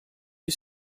you